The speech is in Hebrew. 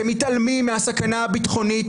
אתם מתעלמים מהסכנה הביטחונית,